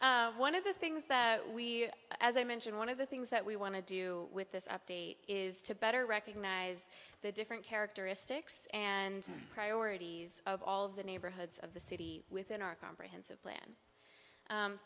that one of the things that we as i mentioned one of the things that we want to do with this update is to better recognize the different characteristics and priorities of all of the neighborhoods of the city within our comprehensive plan